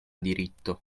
diritto